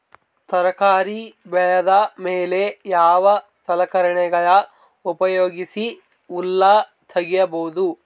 ತರಕಾರಿ ಬೆಳದ ಮೇಲೆ ಯಾವ ಸಲಕರಣೆಗಳ ಉಪಯೋಗಿಸಿ ಹುಲ್ಲ ತಗಿಬಹುದು?